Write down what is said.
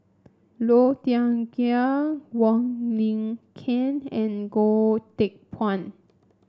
Low Thia Khiang Wong Lin Ken and Goh Teck Phuan